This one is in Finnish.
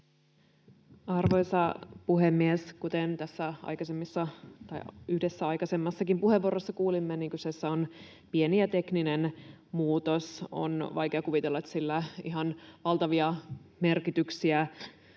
Arvoisa puhemies! Kuten tässä yhdessä aikaisemmassakin puheenvuorossa kuulimme, niin kyseessä on pieni ja tekninen muutos. On vaikea kuvitella, että sillä ihan valtavia merkityksiä